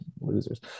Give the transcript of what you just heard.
Losers